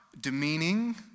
demeaning